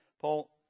Paul